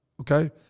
Okay